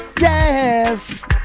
Yes